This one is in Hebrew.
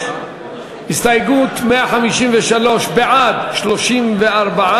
הסתייגות 153 לסעיף 56(5), בעד, 34,